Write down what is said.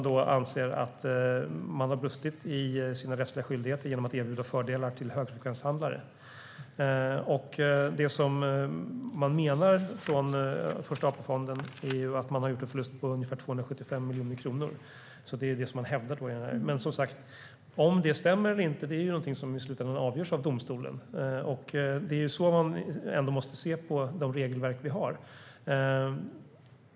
De anser att man har brustit i sina rättsliga skyldigheter genom att erbjuda fördelar till högfrekvenshandlare. Första AP-fonden menar att de har gjort en förlust på ungefär 275 miljoner kronor. Om det stämmer eller inte avgörs i slutändan av domstolen, och det är så vi måste se på de regelverk vi har.